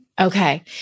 Okay